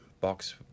box